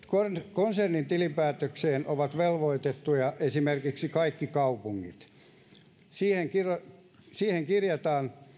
konsernitilinpäätökseen ovat velvoitettuja esimerkiksi kaikki kaupungit siihen kirjataan